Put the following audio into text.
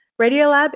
Radiolab